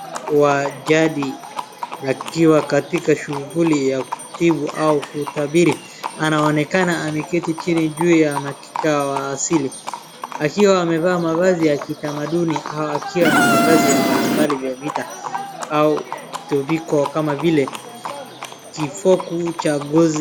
Wa jadi akiwa katika shughuli ya kutibu au kutabiri. Anaonekana ameketi chini juu ya makika wa asili, akiwa amevaa mavazi ya kitamaduni au akiwa na mavazi ya mbalimbali vya vita au tambiko kama vile kifoku cha gozi.